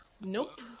Nope